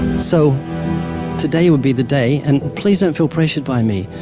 so today would be the day. and please don't feel pressured by me.